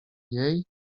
jej